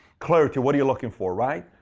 clarity. what are you looking for, right?